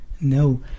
No